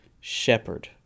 shepherd